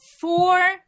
four